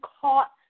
caught